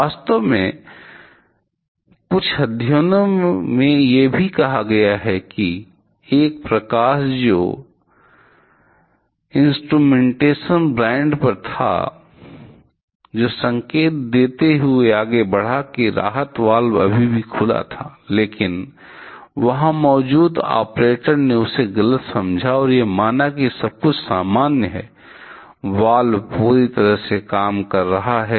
वास्तव में कुछ अध्ययनों में यह भी कहा गया है कि एक प्रकाश जो इंस्ट्रूमेंटेशन ब्रांड पर था जो संकेत देते हुए आगे बढ़ा कि राहत वाल्व अभी भी खुला था लेकिन वहां मौजूद ऑपरेटर ने उसे गलत समझा और यह माना कि सब कुछ सामान्य है वाल्व पूरी तरह से काम कर रहा है